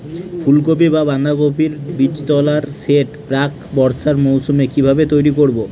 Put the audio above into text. ফুলকপি বা বাঁধাকপির বীজতলার সেট প্রাক বর্ষার মৌসুমে কিভাবে তৈরি করব?